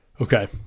Okay